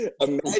Imagine